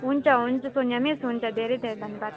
हुन्छ हुन्छ सोनिया मिस हुन्छ धेरै धेरै धन्यवाद